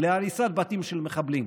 להריסת בתים של מחבלים?